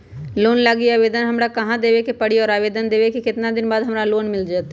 Loan लागी आवेदन हमरा कहां देवे के पड़ी और आवेदन देवे के केतना दिन बाद हमरा लोन मिल जतई?